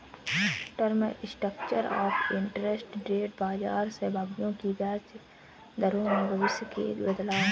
term structure of interest rate बाजार सहभागियों की ब्याज दरों में भविष्य के बदलाव है